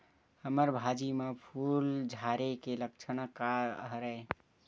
हमर भाजी म फूल झारे के लक्षण का हरय?